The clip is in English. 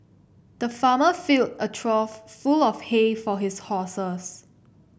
the farmer filled a trough full of hay for his horses